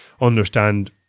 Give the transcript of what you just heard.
understand